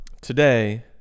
today